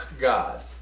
God